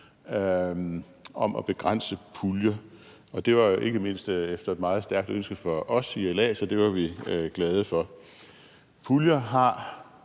om at begrænse puljer, og det var ikke mindst efter et meget stærkt ønske fra os i LA, så det var vi glade for. Puljer har